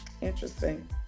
Interesting